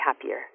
happier